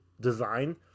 design